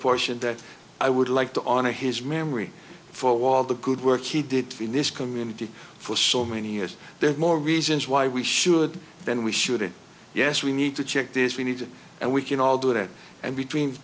portion that i would like to honor his memory for all the good work he did in this community for so many years there are more reasons why we should then we should yes we need to check this we need and we can all do that and between